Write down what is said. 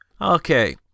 Okay